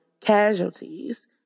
casualties